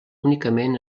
únicament